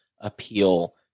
appeal